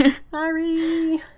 Sorry